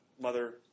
mother